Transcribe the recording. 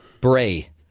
Bray